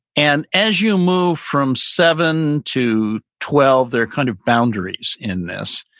and as you move from seven to twelve, they're kind of boundaries in this.